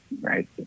right